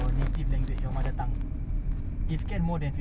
aku just takut tu jer bro aku just takutkan at the end of the day dia pula tak kira